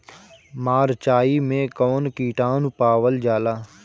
मारचाई मे कौन किटानु पावल जाला?